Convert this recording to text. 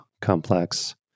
complex